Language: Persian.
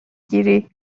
گیری